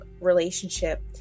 relationship